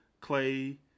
Clay